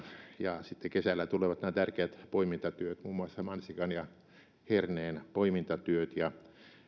ja sitten kesällä tulevat nämä tärkeät poimintatyöt muun muassa mansikan ja herneen poimintatyöt ja